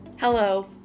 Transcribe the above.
Hello